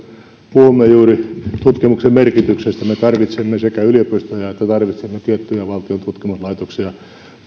puhumme juuri tutkimuksen merkityksestä me tarvitsemme sekä yliopistoja että tiettyjä valtion tutkimuslaitoksia